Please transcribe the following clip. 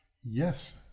Yes